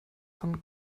von